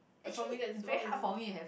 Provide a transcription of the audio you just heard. for me that's why we move